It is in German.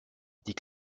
die